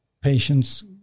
patients